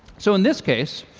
so in this case,